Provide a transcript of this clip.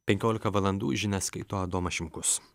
penkiolika valandų žinias skaito adomas šimkus